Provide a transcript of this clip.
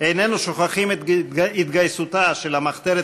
איננו שוכחים את התגייסותה של המחתרת